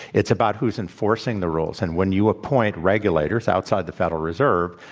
it's about who's enforcing the rules. and when you appoint regulators outside the federal reserve,